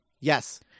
Yes